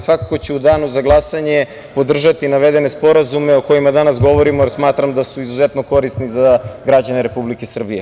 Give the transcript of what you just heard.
Svakako ću u danu za glasanje podržati navedene sporazume o kojima danas govorimo, jer smatram da su izuzetno korisni za građane Republike Srbije.